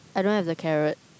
I don't have the carrot